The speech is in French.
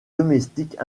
domestiques